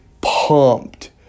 pumped